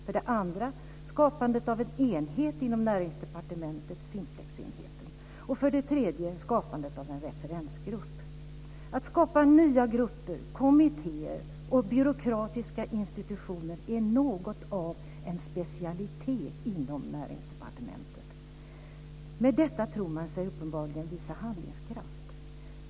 För det andra nämner han skapandet av en enhet inom Näringsdepartementet, Simplexenheten. För det tredje nämner han skapandet av en referensgrupp. Att skapa nya grupper, kommittéer och byråkratiska institutioner är något av en specialitet inom Näringsdepartementet. Med detta tror man sig uppenbarligen visa handlingskraft.